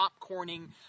popcorning